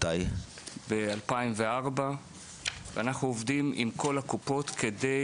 הוקמה ב-2004 ואנו עובדים עם כל הקופות כדי